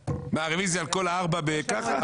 רביזיה על כל הסעיפים ככה?